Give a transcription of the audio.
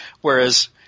whereas